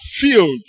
filled